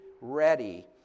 ready